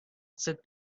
said